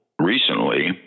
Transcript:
recently